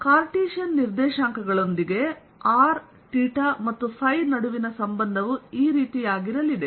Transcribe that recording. Cartesian ನಿರ್ದೇಶಾಂಕಗಳೊಂದಿಗೆ r θಮತ್ತು ನಡುವಿನ ಸಂಬಂಧವು ಈ ರೀತಿಯಾಗಿರಲಿದೆ